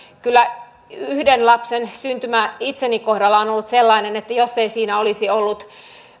kyllä yhden lapsen syntymä itseni kohdalla on on ollut sellainen että jos ei siinä olisi ollut